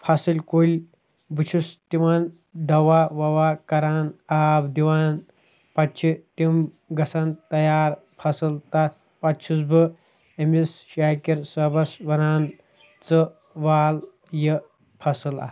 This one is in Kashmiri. فصٕل کُلۍ بہٕ چھُس دِوان دوہ وِوہ کران آب دِوان پَتہٕ چھِ تِم گژھان تَیار فصٕل تَتھ پَتہٕ چھُس بہٕ أمِس شاکِر صٲبس وَنان ژٕ وال یہِ فَصٕل اَتھ